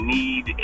need